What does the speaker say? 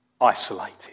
isolated